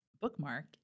bookmark